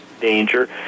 danger